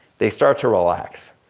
they start to relax.